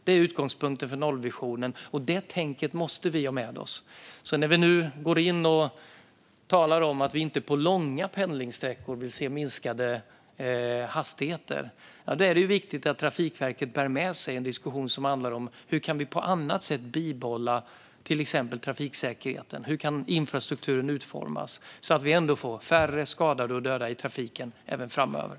Det är utgångpunkten för nollvisionen, och det tänket måste vi ha med oss. När vi nu talar om att vi inte vill se minskade hastigheter på långa pendlingssträckor är det viktigt att Trafikverket bär med sig en diskussion som handlar om hur vi på annat sätt kan bibehålla till exempel trafiksäkerheten. Hur kan infrastrukturen utformas så att vi får färre skadade och döda i trafiken även framöver?